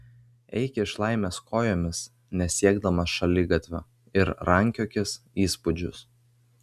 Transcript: eik iš laimės kojomis nesiekdamas šaligatvio ir rankiokis įspūdžius